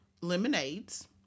lemonades